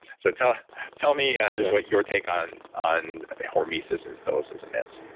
so tell tell me what your take on on hormesis and stoicism is.